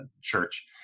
church